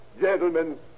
Gentlemen